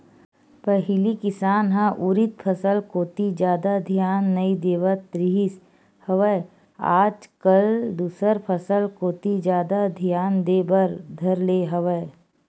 पहिली किसान ह उरिद फसल कोती जादा धियान नइ देवत रिहिस हवय आज कल दूसर फसल कोती जादा धियान देय बर धर ले हवय